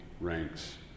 ranks